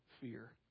fear